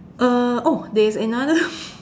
uh oh there's another